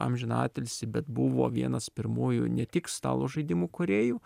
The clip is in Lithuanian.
amžiną atilsį bet buvo vienas pirmųjų ne tik stalo žaidimų kūrėjų